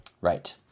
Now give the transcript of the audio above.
Right